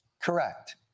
Correct